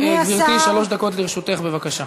גברתי, שלוש דקות לרשותך, בבקשה.